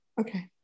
okay